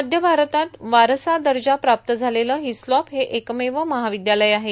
मध्य भारतात वारसा दर्जा प्राप्त असलेले हिस्लॉप हे एकमेव महाविद्यालय आहे